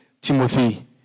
Timothy